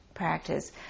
practice